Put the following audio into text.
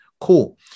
Cool